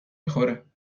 میخوره